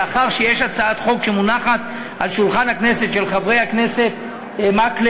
לאחר שיש הצעת חוק על שולחן הכנסת של חברי הכנסת מקלב,